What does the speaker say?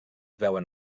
veuen